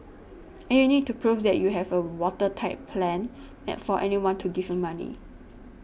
and you need to prove that you have a watertight plan for anyone to give you money